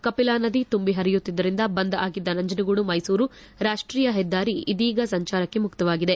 ಕಪಿಲಾ ನದಿ ತುಂಬಿ ಪರಿಯುತ್ತಿದ್ದರಿಂದ ಬಂದ್ ಆಗಿದ್ದ ನಂಜನಗೂಡು ಮೈಸೂರು ರಾಷ್ಟೀಯ ಹೆದ್ದಾರಿ ಇದೀಗ ಸಂಚಾರಕ್ಕೆ ಮುಕ್ತವಾಗಿದೆ